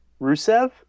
Rusev